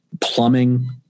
plumbing